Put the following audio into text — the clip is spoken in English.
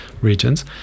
regions